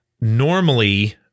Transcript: normally